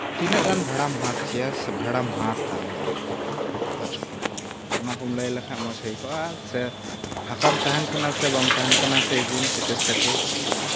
ᱛᱤᱱᱟᱹᱜ ᱜᱟᱱ ᱵᱷᱟᱲᱟᱢ ᱦᱟᱛᱟᱣ ᱠᱮᱭᱟᱢ ᱥᱮ ᱵᱷᱟᱲᱟᱢ ᱦᱟᱛᱟᱣᱟ ᱟᱨᱠᱤ ᱚᱱᱟᱠᱚᱢ ᱞᱟᱹᱭ ᱞᱮᱠᱷᱟᱱ ᱢᱚᱡᱽ ᱦᱩᱭ ᱠᱚᱜᱼᱟ ᱥᱮ ᱯᱷᱟᱸᱠᱟᱢ ᱛᱟᱦᱮᱱ ᱠᱟᱱᱟ ᱥᱮ ᱵᱟᱢ ᱛᱟᱦᱮᱱ ᱠᱟᱱᱟ ᱥᱮᱭᱫᱤᱱ ᱛᱤᱨᱤᱥ ᱛᱟᱹᱨᱤᱠᱷ